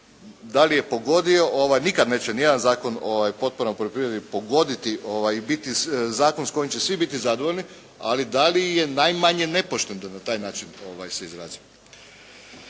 da li je pogodio ovo nikad neće ni jedan Zakon potpore poljoprivredi pogoditi i biti zakon s kojim će biti svi zadovoljni, ali da je najmanje nepošten da na taj način da se izrazim.